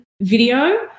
video